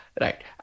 Right